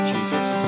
Jesus